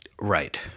Right